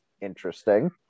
interesting